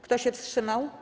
Kto się wstrzymał?